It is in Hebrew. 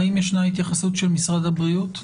האם ישנה התייחסות של משרד הבריאות לסוגיה?